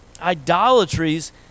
idolatries